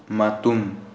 ꯃꯇꯨꯝ